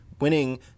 winning